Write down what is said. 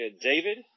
David